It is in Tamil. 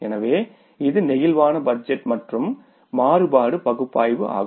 எனவே இது பிளேக்சிபிள் பட்ஜெட் மற்றும் மாறுபாடு பகுப்பாய்வு ஆகும்